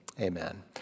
amen